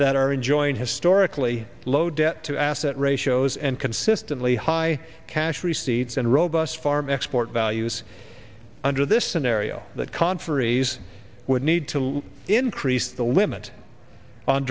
that are enjoying historically low debt to asset ratios and consistently high cash receipts and robust farm export values under this scenario that conferees would need to look increased the limit on